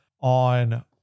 on